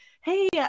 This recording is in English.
hey